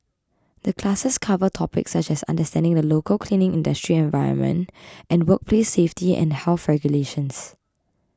the classes cover topics such as understanding the local cleaning industry environment and workplace safety and health regulations